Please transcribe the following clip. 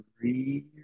three